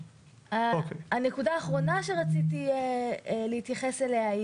הנקודה האחרונה שרציתי להתייחס אליה,